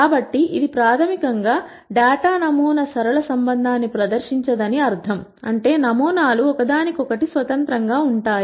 కాబట్టి ఇది ప్రాథమికంగా డేటా నమూనా సరళ సంబంధాన్ని ప్రదర్శించదని అర్థం అంటే నమూనాలు ఒకదానికొకటి స్వతంత్రంగా ఉంటాయి